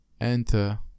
enter